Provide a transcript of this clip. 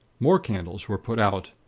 more candles were put out,